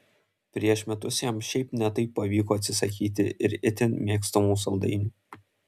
prieš metus jam šiaip ne taip pavyko atsisakyti ir itin mėgstamų saldainių